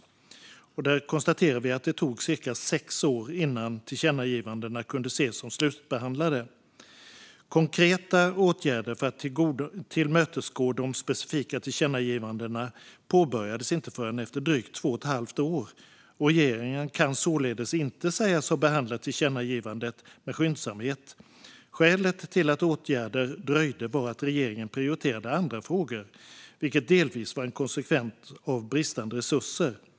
Vi konstaterar att det tog cirka sex år innan tillkännagivandena kunde ses som slutbehandlade. Konkreta åtgärder för att tillmötesgå de specifika tillkännagivandena påbörjades inte förrän efter drygt två och ett halvt år. Regeringen kan således inte sägas ha behandlat tillkännagivandet med skyndsamhet. Skälet till att åtgärder dröjde var att regeringen prioriterade andra frågor, vilket delvis var en konsekvens av bristande resurser.